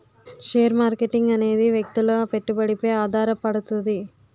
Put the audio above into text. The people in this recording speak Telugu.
షేర్ మార్కెటింగ్ అనేది వ్యక్తుల పెట్టుబడిపై ఆధారపడుతది